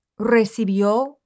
Recibió